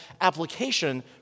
application